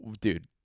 dude